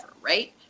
Right